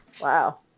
Wow